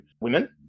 women